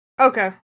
Okay